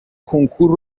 کنکور